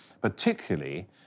particularly